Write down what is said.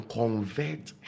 convert